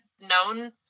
known